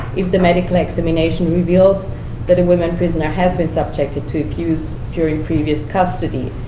if the medical examination reveals that a woman prisoner has been subjected to abuse during previous custody.